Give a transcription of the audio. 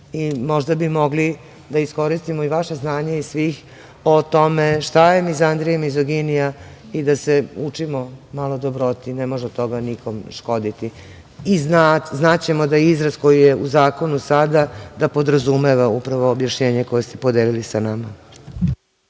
možda bi mogli da iskoristimo i vaše znanje i svih o tome šta je mizandrija i mizoginija i da se učimo malo dobroti. Ne može od toga nikome škoditi i znaćemo da je izraz koji je u zakonu sada da podrazumeva upravo objašnjenje koje ste podelili sa nama.